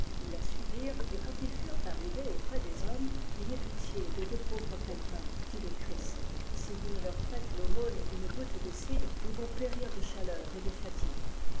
ils la suivirent et quand ils furent arrivés auprès des hommes ayez pitié de deux pauvres pèlerins dit le christ si vous ne leur faites l'aumône d'une goutte de cidre ils vont périr de chaleur et de fatigue